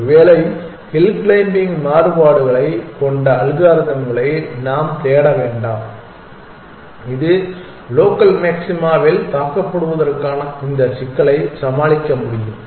ஒருவேளை ஹில் க்ளைம்பிங்கின் மாறுபாடுகளைக் கொண்ட அல்காரிதம்களை நாம் தேட வேண்டும் இது லோக்கல் மாக்சிமாவில் தாக்கப்படுவதற்கான இந்த சிக்கலை சமாளிக்க முடியும்